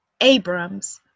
Abrams